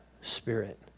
spirit